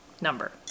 number